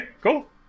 cool